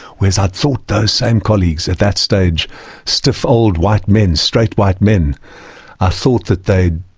whereas i'd thought those same colleagues at that stage stiff, old white men, straight white men ah thought that they'd